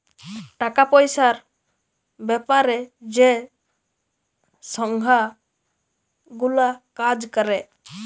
টাকা পয়সার বেপারে যে সংস্থা গুলা কাজ ক্যরে